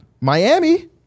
Miami